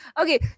Okay